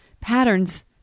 patterns